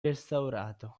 restaurato